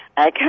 Okay